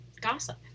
gossip